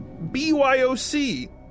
BYOC